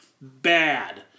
bad